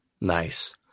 Nice